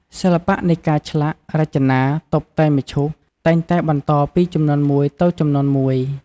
សិល្បៈនៃការឆ្លាក់ រចនា តុបតែងមឈូស តែងតែបន្តពីជំនាន់មួយទៅជំនាន់មួយ។